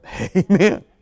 Amen